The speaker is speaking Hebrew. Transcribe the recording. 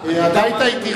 אתה הייתי אתי,